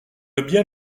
bien